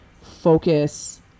focus